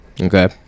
Okay